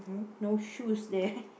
no shoes there